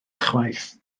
ychwaith